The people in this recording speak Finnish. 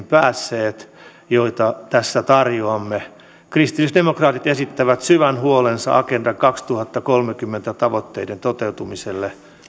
päässeet joita tässä tarjoamme kristillisdemokraatit esittävät syvän huolensa agenda kaksituhattakolmekymmentä tavoitteiden toteutumisesta